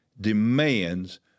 demands